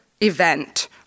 event